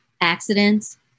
accidents